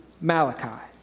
Malachi